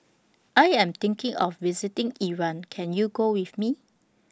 I Am thinking of visiting Iran Can YOU Go with Me